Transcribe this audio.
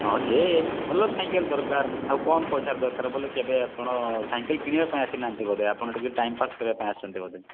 ହଁ ଯେ ଭଲ ସାଇକେଲ ଦରକାର ଆଉ କମ୍ ପଇସାରେ ଦରକାର ବୋଇଲେ କେବେ ଆପଣ ସାଇକେଲ କିଣିବା ପାଇଁ ଆସିନାହାନ୍ତି ବୋଧେ ଆପଣ ଟିକେ ଟାଇମ୍ପାସ୍ କରିବା ପାଇଁ ଆସିଛନ୍ତି ବୋଧେ